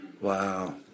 wow